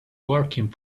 working